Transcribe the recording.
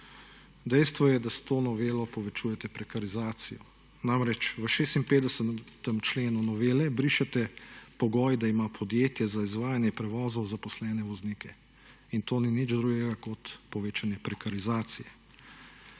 dejstvo je, da s to novelo povečujete prekarizacijo. Namreč, v 56. členu novele brišete pogoj, da ima podjetje za izvajanje prevozov zaposlene voznike in to ni nič drugega, kot povečanje prekarizacije.